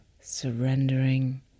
surrendering